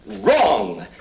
Wrong